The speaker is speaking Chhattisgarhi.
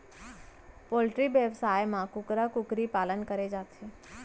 पोल्टी बेवसाय म कुकरा कुकरी पालन करे जाथे